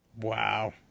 Wow